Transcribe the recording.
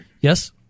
Yes